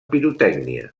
pirotècnia